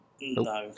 No